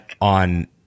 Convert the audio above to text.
on